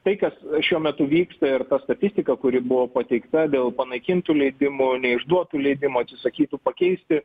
tai kas šiuo metu vyksta ir ta statistika kuri buvo pateikta dėl panaikintų leidimų neišduotų leidimų atsisakytų pakeisti